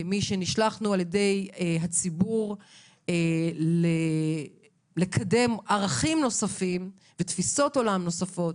כמי שנשלח על ידי הציבור לקדם ערכים נוספים ותפיסות עולם נוספות.